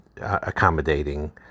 accommodating